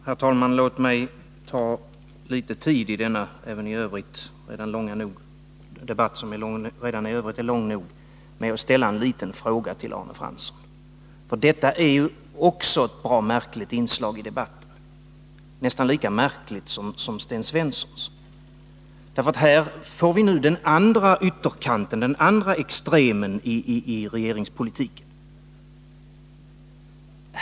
Herr talman! Låt mig ta litet tid i denna debatt, som redan i övrigt är lång nog. Jag vill ställa en liten fråga till Arne Fransson. Hans anförande är också ett märkligt inslag i debatten, nästan lika märkligt som Sten Svenssons. Här får vi nu den andra ytterkanten, den andra extremen i regeringspolitiken.